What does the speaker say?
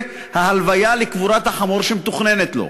ההלוויה לקבורת החמור שמתוכננת לו.